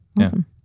Awesome